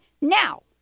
Now